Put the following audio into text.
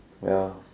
well